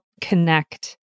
connect